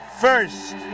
first